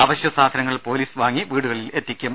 അവശ്യസാധനങ്ങൾ പോലീസ് വാങ്ങി വീടുകളിൽ എത്തിക്കും